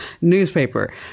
newspaper